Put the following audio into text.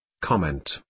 Comment